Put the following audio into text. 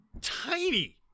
tiny